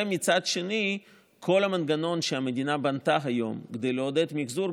ומצד שני כל המנגנון שהמדינה בנתה היום כדי לעודד מחזור,